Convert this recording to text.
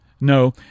No